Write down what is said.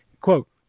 quote